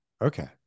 Okay